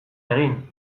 egin